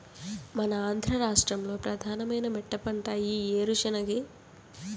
మన ఆంధ్ర రాష్ట్రంలో ప్రధానమైన మెట్టపంట ఈ ఏరుశెనగే